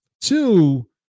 two